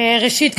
ראשית,